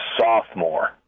sophomore